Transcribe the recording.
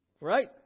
right